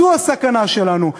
זו הסכנה שלנו.